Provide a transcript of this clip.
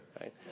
Right